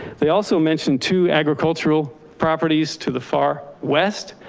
they also mentioned two agricultural properties to the far west.